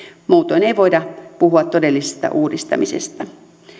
muutoin ei voida puhua todellisesta uudistamisesta